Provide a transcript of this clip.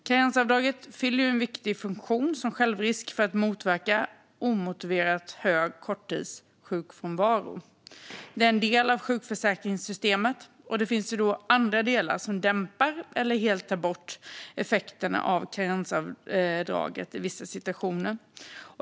Karensavdraget fyller en viktig funktion som självrisk för att motverka omotiverat hög korttidssjukfrånvaro. Det är en del av sjukförsäkringssystemet, och det finns andra delar som dämpar eller helt tar bort effekterna av karensavdraget i vissa situationer.